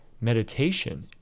meditation